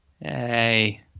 Hey